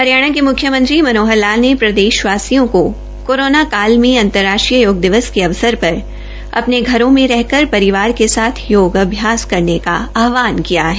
हरियाणा के मुख्यमंत्री मनोहर लाल ने प्रदेशवासियों को कोरोना काल में अंतर्राष्ट्रीय योग दिवस के अवसर पर अपने घरों में रहकर परिवार के साथ योग अभ्यास करने का आहवान किया है